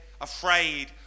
afraid